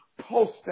post